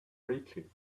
riches